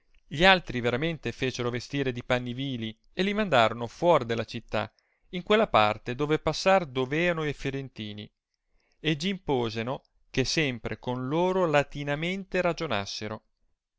gli altri veramente fecero vestire di panni vili e li mandarono fuor della città in quella parte dove passar doveano e firentini e g imposeno che sempre con loro latinamente ragionassero